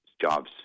jobs